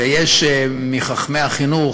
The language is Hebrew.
ויש מחכמי החינוך,